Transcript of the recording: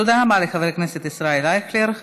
תודה רבה לחבר הכנסת ישראל אייכלר.